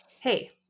hey